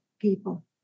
people